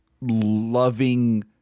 loving